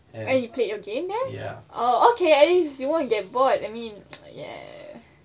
and ya